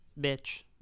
Bitch